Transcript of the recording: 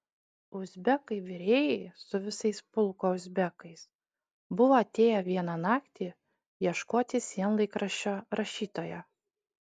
uzbekai virėjai su visais pulko uzbekais buvo atėję vieną naktį ieškoti sienlaikraščio rašytojo